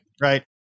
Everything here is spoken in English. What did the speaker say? Right